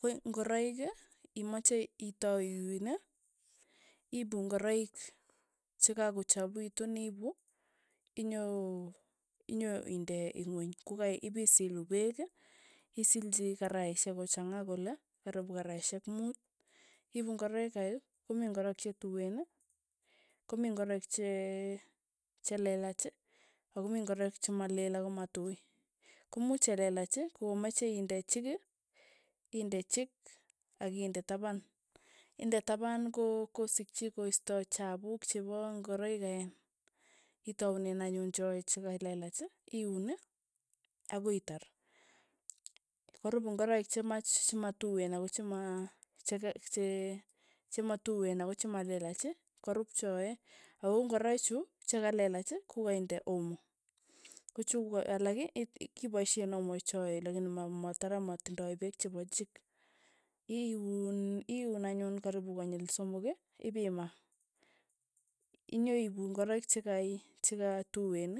Ko ng'oroik, imache itau iyuun, iipu ngoroik chakakochapuitu, iipu inyo inyo inde ingweny. kokaipisilu peek, karaishek mut, isilchi karaishek kochanga kole, karipu karaishek mut. iipu ngoroik kei komii ngoroik chetuen, komii ngoroik che chelelach, akomii ngoroik che malel ako matui, komuuch chelelach, komache inde chik, inde chik akinde tapan, inde tapan ko- kosikchi koista chapukm chepo ngoroik kein, itaunen anyun choe chekai lelach, iun, akoi itar, korup ingoroik chimach chimatuen ako chima chek che che matuen ako chemalelach, korup choe, ako ng'oroi chu, chekalelach, kokainde omo, kochu alak, ii kipaishe omo choe, lakini ma- matara matindoi pek chepo chik, iuun iyun anyun karipu konyil somok, ipimaa, inyoiipu ingoroik chakai chakatueen,